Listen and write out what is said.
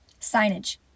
signage